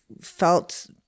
felt